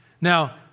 Now